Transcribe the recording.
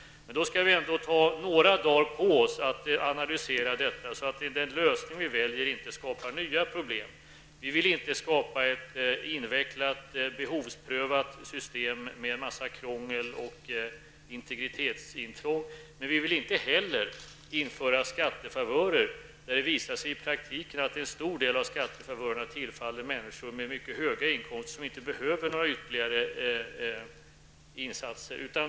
Vi skall dock ta några dagar på oss för att analysera detta, så att den lösning vi väljer inte kommer att skapa nya problem. Vi vill inte skapa ett invecklat behovsprövat system som leder till en mängd krångel och integritetsintrång. Vi vill dock inte heller införa skattefavörer, där det i praktiken visar sig att en stor del av skattefavören tillfaller människor med mycket höga inkomster som inte behöver några ytterligare insatser.